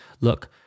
look